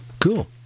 cool